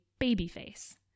Babyface